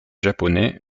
japonais